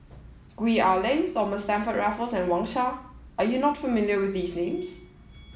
Gwee Ah Leng Thomas Stamford Raffles and Wang Sha are you not familiar with these names